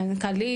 מנכ"לית.